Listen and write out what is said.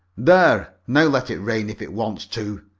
there, now let it rain if it wants to,